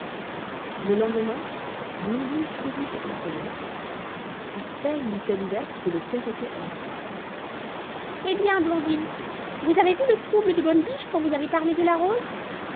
le lendemain blondine courut à sa fenêtre à peine leut elle ouverte que le perroquet entra eh bien blondine vous avez vu le trouble de bonne biche quand vous avez parlé de la rose